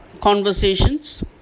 Conversations